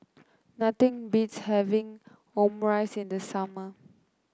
nothing beats having Omurice in the summer